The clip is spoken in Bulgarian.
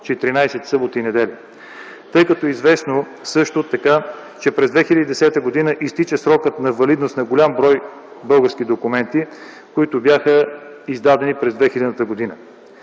14 съботи и недели, тъй като е известно също така, че през 2010 г. изтича срокът на валидност на голям брой български документи, които бяха издадени през 2000 г.